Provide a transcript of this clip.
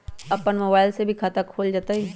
अपन मोबाइल से भी खाता खोल जताईं?